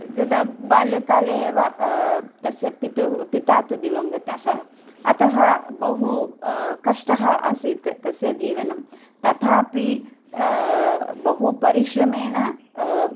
यदा बाल्यकाले एव तस्य पितुः पिता तु दिवङ्गतः अतः बहु कष्टः आसीत् तस्य जीवनं तथापि बहु परिश्रमेण